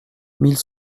mille